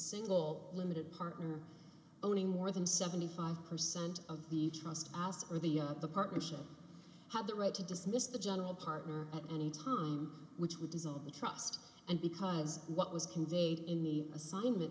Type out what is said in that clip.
single limited partner owning more than seventy five percent of the trust asked for the partnership have the right to dismiss the general partner at any time which would dissolve the trust and because what was conveyed in the assignment